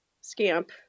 scamp